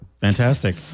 fantastic